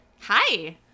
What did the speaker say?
Hi